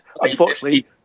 unfortunately